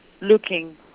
looking